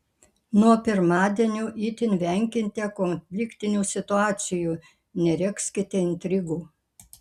nuo pirmadienio itin venkite konfliktinių situacijų neregzkite intrigų